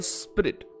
spirit